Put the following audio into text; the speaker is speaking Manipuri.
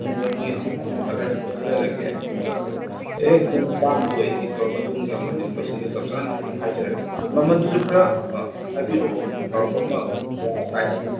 ꯑꯃꯨꯕ ꯃꯣꯏ ꯑꯄꯥꯝꯕ ꯀꯂꯔ ꯈꯜꯍꯜꯂꯒꯦ ꯑꯗꯨꯒ ꯍꯦꯛ ꯃꯣꯏꯅ ꯑꯄꯥꯝꯕ ꯑꯗꯨ ꯑꯩ ꯇꯤꯛ ꯇꯧꯔ ꯃꯇꯨꯡꯗ ꯃꯗꯨꯒꯤ ꯃꯁꯤꯡꯗꯣ ꯆꯞ ꯆꯥꯅ ꯑꯩ ꯍꯥꯏꯖꯔꯛꯑꯒꯦ ꯑꯗꯨꯒ ꯃꯃꯜꯗꯨꯁꯨ ꯈꯔ ꯍꯥꯏꯕꯤꯔꯛꯑꯣ ꯆꯥꯎꯔꯥꯛꯄ ꯑꯃ